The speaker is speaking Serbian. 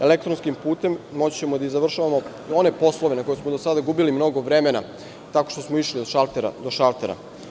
Elektronskim putem moći ćemo da završavamo one poslove na koje smo do sada gubili mnogo vremena, tako što smo išli od šaltera do šaltera.